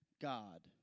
God